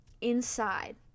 inside